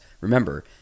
Remember